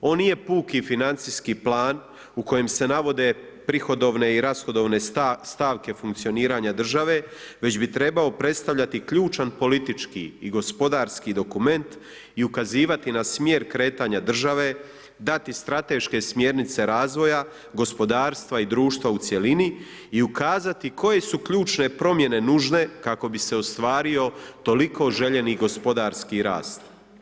On nije puki financijski plan u kojem se navode prihodovne i rashodovne stavke funkcioniranja države, već bi trebao predstavljati ključan politički i gospodarski dokument i ukazivati na smjer kretanja države, dati strateške smjernice razvoja gospodarstva i društva u cjelini i ukazati koje su ključne promjene nužne kako bi se ostvario toliko željeni gospodarski rast.